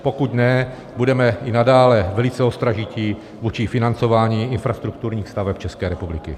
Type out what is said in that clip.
Pokud ne, budeme i nadále velice ostražití vůči financování infrastrukturních staveb České republiky.